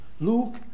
Luke